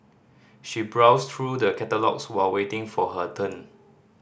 she browsed through the catalogues while waiting for her turn